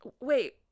wait